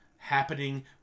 happening